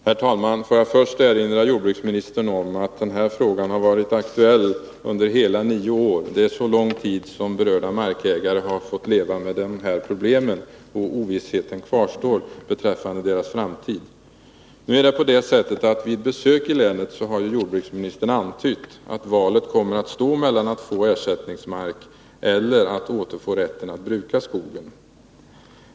Herr talman! Får jag först erinra jordbruksministern om att denna fråga har varit aktuell under hela nio år. Så lång tid har berörda markägare fått leva med det här problemet. Osäkerheten kvarstår beträffande deras framtid. Vid besök i länet har jordbruksministern antytt att valet kommer att stå mellan ersättningsmark och rätten att bruka skogen.